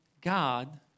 God